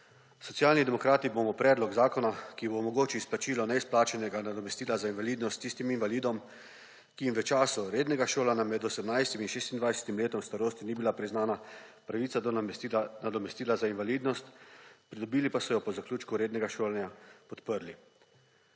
Socialni demokrati bomo predlog zakona, ki bo omogočil izplačilo neizplačanega nadomestila za invalidnost tistim invalidom, ki jim v času rednega šolanja med 18. in 26. letom starosti ni bila priznana pravica do nadomestila za invalidnost, pridobili pa so jo po zaključku rednega šolanja, podprli.